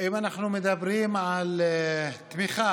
אם אנחנו מדברים על תמיכה